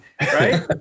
right